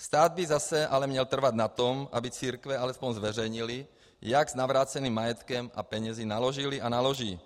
Stát by zase měl trvat na tom, aby církve alespoň zveřejnily, jak s navráceným majetkem a penězi naložily a naloží.